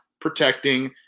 protecting